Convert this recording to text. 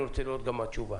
אני רוצה לראות מה התשובה.